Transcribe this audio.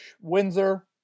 Windsor